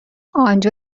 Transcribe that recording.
آنجا